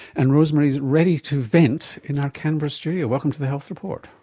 and rosemary's ready to vent in our canberra studio. welcome to the health report.